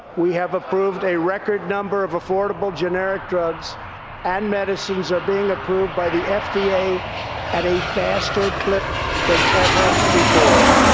we have approved a record number of affordable generic drugs and medicines are being approved by the fda at a faster clip than ever before